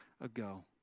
ago